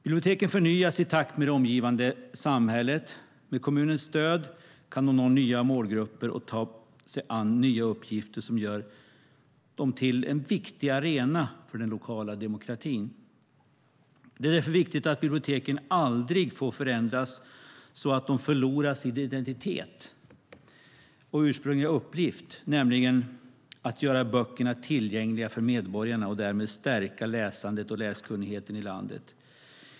Biblioteken förnyas i takt med det omgivande samhället. Med kommunens stöd kan de nå nya målgrupper och ta sig an nya uppgifter som gör dem till en viktig arena för den lokala demokratin. Det är därför viktigt att biblioteken aldrig får förändras så att de förlorar sin identitet och ursprungliga uppgift, nämligen att göra böcker tillgängliga för medborgarna och därmed stärka läsandet och läskunnigheten i landet.